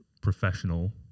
professional